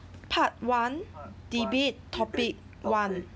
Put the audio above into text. part one debate topic one